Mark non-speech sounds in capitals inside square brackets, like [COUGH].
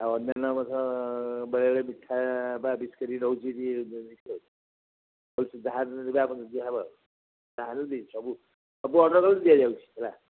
ଆଉ ଅନ୍ୟାନ୍ୟ ମଧ୍ୟ ବେଳେବେଳେ ମିଠା ବା [UNINTELLIGIBLE] ରହୁଛି [UNINTELLIGIBLE] ଯାହା ଦିଆ ହେବ ଯାହା ସବୁ ସବୁ ଅର୍ଡର୍ ଦିଆଯାଉଛିି ହେଲା